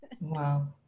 Wow